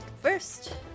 first